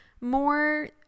more